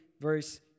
verse